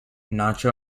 nacho